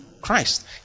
Christ